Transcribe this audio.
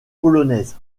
polonaise